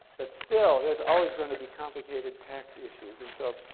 but still there's always going to be complicated tax issues. and so,